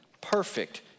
perfect